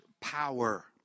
power